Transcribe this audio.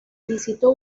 visitó